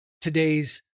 today's